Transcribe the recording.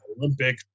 olympic